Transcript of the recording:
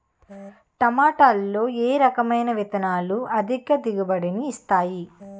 టమాటాలో ఏ రకమైన విత్తనాలు అధిక దిగుబడిని ఇస్తాయి